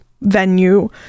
venue